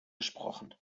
gesprochen